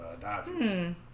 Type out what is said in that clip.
Dodgers